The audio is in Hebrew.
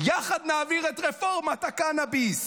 יחד נעביר את רפורמת הקנביס.